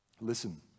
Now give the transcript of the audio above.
Listen